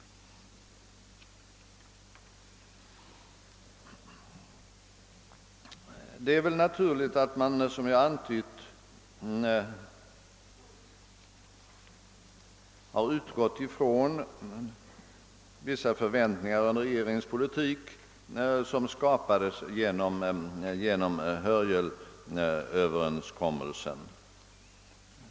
Det är väl naturligt att man, som jag antytt, utgått från vissa förväntningar beträffande regeringens politik vilka skapats genom Hörjelöverenskommelsen.